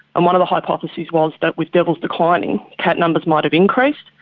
and one of the hypotheses was that with devils declining, cat numbers might have increased,